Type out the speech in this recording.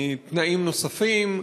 תנאים נוספים,